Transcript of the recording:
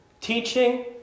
Teaching